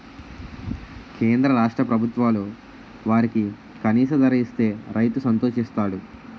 కేంద్ర రాష్ట్ర ప్రభుత్వాలు వరికి కనీస ధర ఇస్తే రైతు సంతోషిస్తాడు